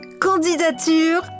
Candidature